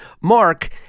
Mark